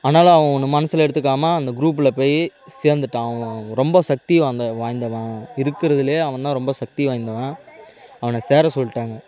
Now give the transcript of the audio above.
அதனால் அவன் ஒன்னும் மனசில் எடுத்துக்காமல் அந்த குரூப்பில் போய் சேர்ந்துட்டான் அவன் ரொம்ப சக்தி வாய்ந்த வாய்ந்தவன் இருக்கிறதுலயே அவன் தான் ரொம்ப சக்தி வாய்ந்தவன் அவனை சேர சொல்லிட்டாங்க